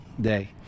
day